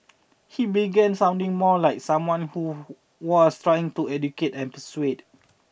he began sounding more like someone who was trying to educate and persuade